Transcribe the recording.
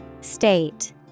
State